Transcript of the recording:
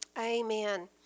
Amen